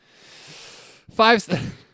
Five